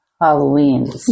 Halloween